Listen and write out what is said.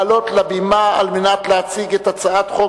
לעלות לבימה על מנת להציג את הצעת חוק